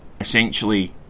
Essentially